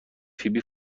فیبی